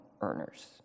earners